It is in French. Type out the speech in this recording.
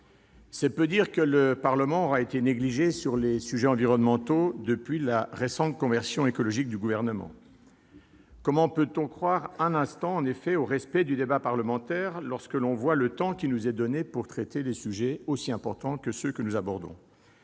C'est peu dire que le Parlement aura été négligé sur les sujets environnementaux depuis la récente conversion écologique du Gouvernement. Comment en effet peut-on croire un instant au respect du débat parlementaire, quand on voit le temps qui nous est laissé pour traiter de sujets aussi importants que ceux dont nous sommes